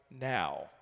now